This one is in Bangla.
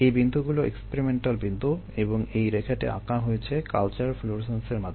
এই বিন্দুগুলো এক্সপেরিমেন্টাল বিন্দু এবং এই রেখাটি আঁকা হয়েছে কালচার ফ্লুরোসেন্সের মাধ্যমে